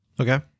Okay